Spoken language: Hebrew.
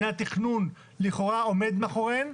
מינהל התכנון לכאורה עומד מאחוריהם,